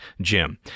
Jim